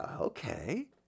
okay